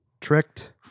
tricked